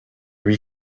lui